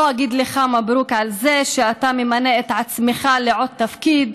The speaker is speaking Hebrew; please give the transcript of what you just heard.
לא אגיד לך מברוכ על זה שאתה ממנה את עצמך לעוד תפקיד,